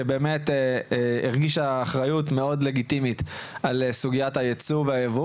שבאמת הרגישה אחריות מאוד לגיטימית על כל סוגיית הייצוא והייבוא